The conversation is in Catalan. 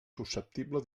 susceptible